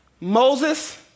Moses